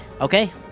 Okay